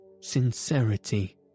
sincerity